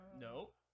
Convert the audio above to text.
Nope